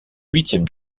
huitième